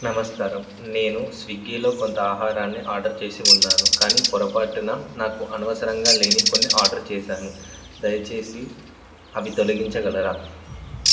నమస్కారం నేను స్విగ్గీలో కొంత ఆహారాన్ని ఆర్డర్ చేసి ఉన్నాను కానీ పొరపాటున నాకు అనవసరంగా లేని కొన్ని ఆర్డర్ చేశాను దయచేసి అవి తొలగించగలరా